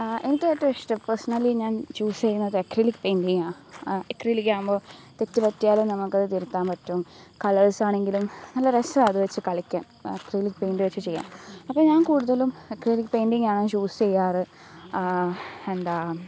എനിക്കേറ്റവും ഇഷ്ടം പേഴ്സണലി ഞാൻ ചൂസെയ്യുന്നത് അക്രിലിക് പെയിൻറിംഗാണ് അക്രിലിക് ആവുമ്പോള് തെറ്റു പറ്റിയാലും നമുക്കത് തിരുത്താൻ പറ്റും കളേഴ്സ് ആണെങ്കിലും നല്ല രസമാണ് അത് വെച്ച് കളിക്കാൻ അക്രലിക് പെയിന്റ് വെച്ച് ചെയ്യാൻ അപ്പോള് ഞാൻ കൂടുതലും അക്രിലിക് പെയിന്റിംഗാണ് ചൂസെയ്യാറ് എന്താണ്